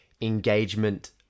engagement